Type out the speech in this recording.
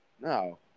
No